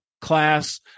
class